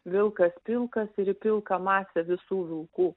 vilkas pilkas ir į pilką masę visų vilkų